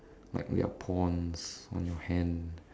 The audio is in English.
like we are pawns on your hand